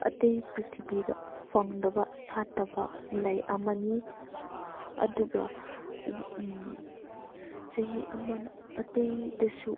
ꯑꯇꯩ ꯄ꯭ꯔꯤꯊꯤꯕꯤꯗ ꯐꯪꯗꯕ ꯁꯥꯠꯇꯕ ꯂꯩ ꯑꯃꯅꯤ ꯑꯗꯨꯒ ꯆꯍꯤ ꯑꯃꯅ ꯑꯇꯩꯗꯁꯨ